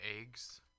eggs